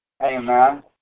Amen